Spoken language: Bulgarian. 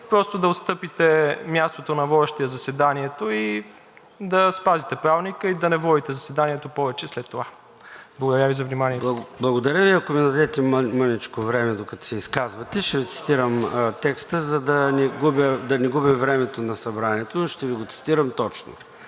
просто да отстъпите мястото на водещия заседанието и да спазите Правилника, и да не водите заседанието повече след това. Благодаря Ви за вниманието. ПРЕДСЕДАТЕЛ ЙОРДАН ЦОНЕВ: Благодаря Ви. Ако ми дадете мъничко време, докато се изказвате, ще Ви цитирам текста, за да не губим времето на събранието, но ще Ви го цитирам точно.